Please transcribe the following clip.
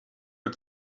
had